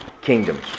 kingdoms